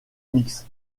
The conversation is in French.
mixtes